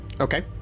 Okay